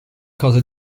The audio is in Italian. cose